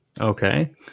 Okay